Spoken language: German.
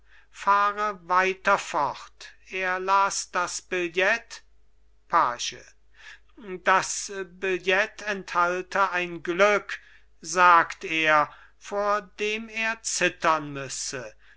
fahre weiter fort er las das billett page das billett enthalte ein glück sagt er vor dem er zittern müsse